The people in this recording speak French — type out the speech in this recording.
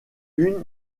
une